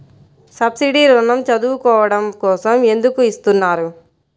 Subsidy ఋణం చదువుకోవడం కోసం ఎందుకు ఇస్తున్నారు?